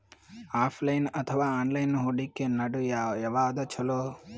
Offline ಅಥವಾ online ಹೂಡಿಕೆ ನಡು ಯವಾದ ಛೊಲೊ?